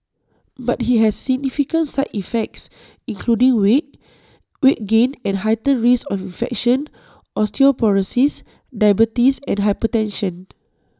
but IT has significant side effects including weight weight gain and A heightened risk of infection osteoporosis diabetes and hypertension